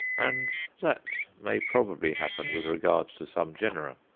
and that may probably happen with regard to some genera.